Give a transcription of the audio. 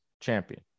champion